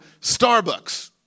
Starbucks